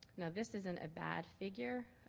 now this isn't a bad figure,